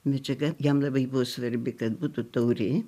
medžiaga jam labai buvo svarbi kad būtų tauri